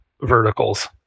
verticals